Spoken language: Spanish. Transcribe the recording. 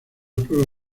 prueba